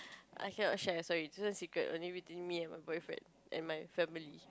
I cannot share sorry this one secret only between me and my boyfriend and my family